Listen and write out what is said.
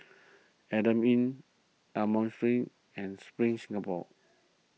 Adamson Inn Almond Street and Spring Singapore